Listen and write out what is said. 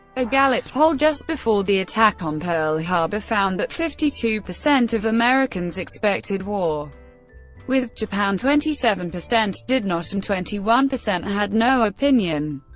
a gallup poll just before the attack on pearl harbor found that fifty two percent of americans expected war with japan, twenty seven percent did not, and twenty one percent had no opinion.